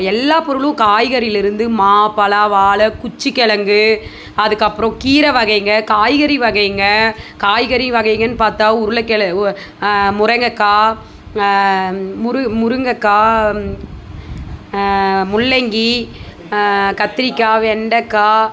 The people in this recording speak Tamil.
எல்லாப் பொருளும் காய்கறியிலேருந்து மா பலா வாழை குச்சிக்கிழங்கு அதுக்கப்புறம் கீரை வகைங்க காய்கறி வகைக காய்கறி வகைகன்னு பார்த்தா உருளக்கிழ உ முருங்கக்காய் முரு முருங்கக்காய் முள்ளங்கி கத்திரிக்காய் வெண்டக்காய்